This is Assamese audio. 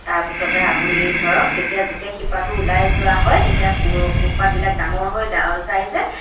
তাৰপিছতে আপুনি ধৰক তেতিয়া যেতিয়া শিপাটো ওলায় যোৱা হয় তেতিয়া কু কুহপাঁতবিলাক ডাঙৰ হৈ যায় যে